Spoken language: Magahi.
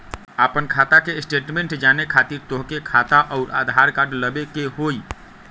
आपन खाता के स्टेटमेंट जाने खातिर तोहके खाता अऊर आधार कार्ड लबे के होइ?